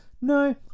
no